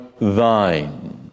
thine